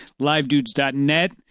LiveDudes.net